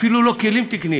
אפילו לא כלים תקניים.